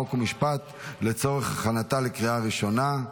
חוק ומשפט לצורך הכנתה לקריאה ראשונה.